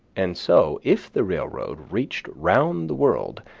and so, if the railroad reached round the world,